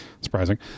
surprising